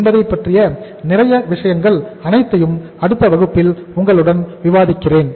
என்பதை பற்றிய நிறைய விஷயங்கள் அனைத்தையும் அடுத்த வகுப்பில் உங்களுடன் விவாதிக்கிறேன்